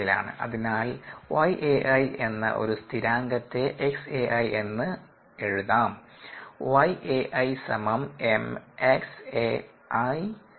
അതിനാൽ yAi എന്ന ഒരു സ്ഥിരാങ്കത്തെ xAiഎന്നായിഎഴുതാം